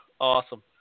awesome